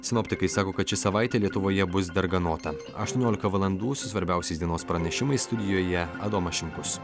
sinoptikai sako kad ši savaitė lietuvoje bus darganota aštuoniolika valandų su svarbiausiais dienos pranešimais studijoje adomas šimkus